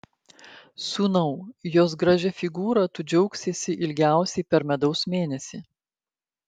sūnau jos gražia figūra tu džiaugsiesi ilgiausiai per medaus mėnesį